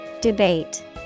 Debate